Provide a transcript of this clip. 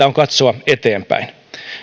on katsoa eteenpäin